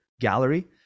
gallery